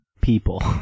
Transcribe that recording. people